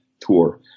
tour